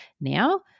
now